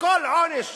וכל עונש